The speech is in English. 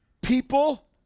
People